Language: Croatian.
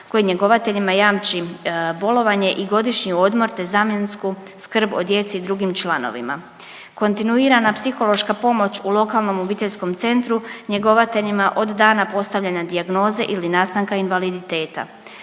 koji njegovateljima jamči bolovanje i godišnji odmor te zamjensku skrb o djeci i drugim članovima, kontinuirana psihološka pomoć u lokalnom obiteljskom centru njegovateljima od dana postavljanja dijagnoze ili nastanka invaliditeta,